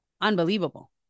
unbelievable